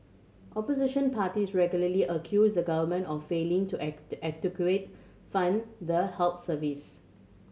opposition parties regularly accuse the government of failing to adequate fund the health service